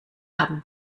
haben